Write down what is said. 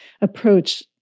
approach